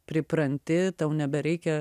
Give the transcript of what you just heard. pripranti tau nebereikia